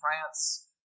France